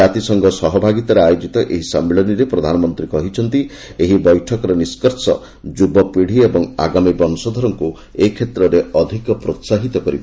ଜାତିସଂଘ ସହଭାଗିତାରେ ଆୟୋଜିତ ଏହି ସମ୍ମିଳନୀରେ ପ୍ରଧାନମନ୍ତ୍ରୀ କହିଛନ୍ତି ଏହି ବୈଠକର ନିସ୍କର୍ଷ ଯୁବପିଢ଼ି ଏବଂ ଆଗାମୀ ବଂଶଧରମାନଙ୍କୁ ଏ କ୍ଷେତ୍ରରେ ଅଧିକ ପ୍ରୋହାହିତ କରିବ